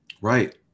right